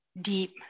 deep